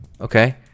okay